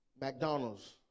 McDonald's